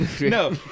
No